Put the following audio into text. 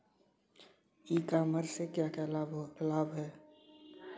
ई commerce से क्या क्या लाभ हैं?